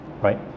right